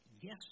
yes